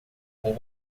com